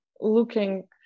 looking